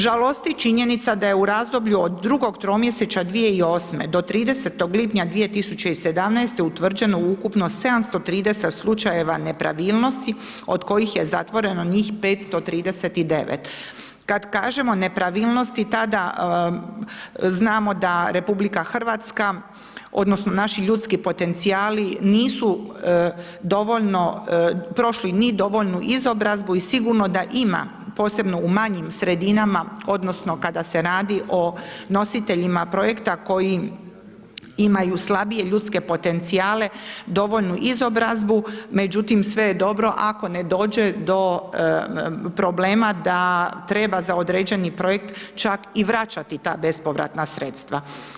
Žalosti činjenica da je u razdoblju od drugog tromjesečja 2008. do 30. lipnja 2017. utvrđeno ukupno 730 slučajeva nepravilnosti od kojih je zatvoreno njih 539. kad kažemo nepravilnosti, tada znamo da RH odnosno naši ljudski potencijali nisu dovoljno prošli ni dovoljnu izobrazbu i sigurno da ima posebno u manjim sredinama odnosno kada se radi o nositeljima projekta koji imaju slabije ljudske potencijale dovoljnu izobrazbu međutim sve je dobro ako ne dođe do problema da treba za određeni projekt čak i vraćati ta bespovratna sredstva.